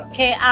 Okay